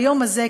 ביום הזה,